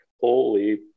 holy